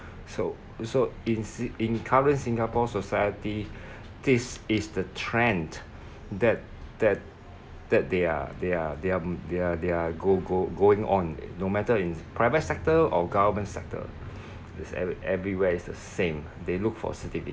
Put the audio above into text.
so so in si~ in current singapore society this is the trend that that that they are they are they are they're they're go go going on no matter in private sector or government sector it's ev~ everywhere is the same they look for certificate